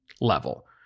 level